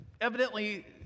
evidently